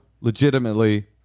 legitimately